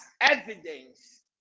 evidence